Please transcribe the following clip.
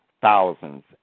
thousands